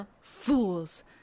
Fools